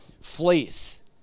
fleece